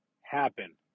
happen